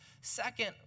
second